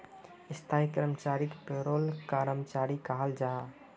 स्थाई कर्मचारीक पेरोल कर्मचारी कहाल जाहा